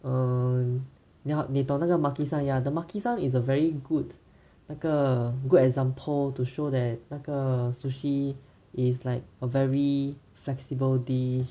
um 你懂那个 makisan ya the makisan is a very good 那个 good example to show that 那个 sushi is like a very flexible dish